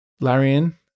Larian